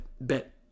bet